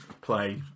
play